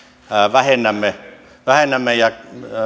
vähennämme vähennämme ja